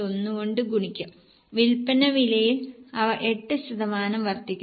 1 കൊണ്ട് ഗുണിക്കാം വിൽപ്പന വിലയിൽ അവ 8 ശതമാനം വർദ്ധിക്കുന്നു